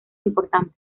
importantes